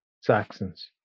Saxons